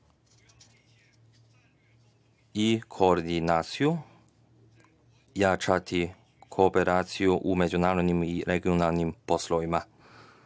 i koordinaciju, jačati kooperaciju u međunarodnim i regionalnim poslovima.